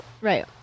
Right